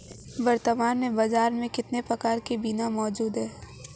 वर्तमान में बाज़ार में कितने प्रकार के बीमा मौजूद हैं?